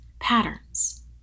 patterns